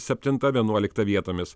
septinta vienuolikta vietomis